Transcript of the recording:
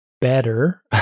better